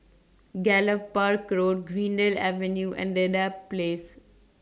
Gallop Park Go Road Greendale Avenue and Dedap Place